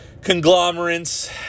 conglomerates